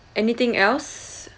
anything else